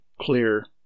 clear